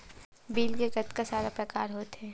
Bill के कतका सारा प्रकार होथे?